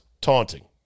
taunting